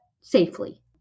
safely